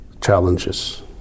challenges